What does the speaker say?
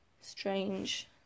strange